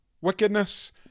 Wickedness